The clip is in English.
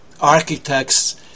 architects